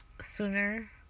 sooner